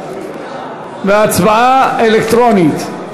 הצבעה אלקטרונית.